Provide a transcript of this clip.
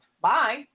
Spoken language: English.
Bye